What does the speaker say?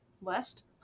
West